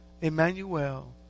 Emmanuel